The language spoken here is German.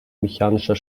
mechanischer